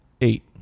eight